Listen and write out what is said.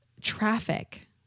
traffic